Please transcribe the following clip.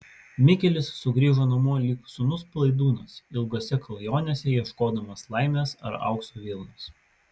mikelis sugrįžo namo lyg sūnus palaidūnas ilgose klajonėse ieškodamas laimės ar aukso vilnos